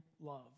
love